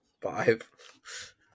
Five